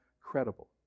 credible